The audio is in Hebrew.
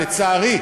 לצערי.